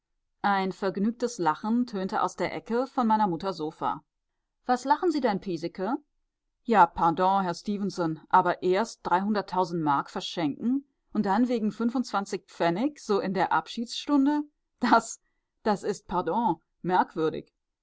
ein vergnügtes lachen tönte aus der ecke von meiner mutter sofa was lachen sie denn piesecke ja pardon herr stefenson aber erst dreihunderttausend mark verschenken und dann wegen fünfundzwanzig pfennig so in der abschiedsstunde das das ist pardon merkwürdig